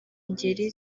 ngeri